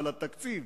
אבל התקציב,